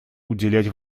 уделять